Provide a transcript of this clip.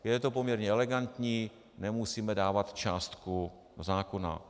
Je to poměrně elegantní, nemusíme dávat částku do zákona.